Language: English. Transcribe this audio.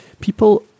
People